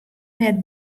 net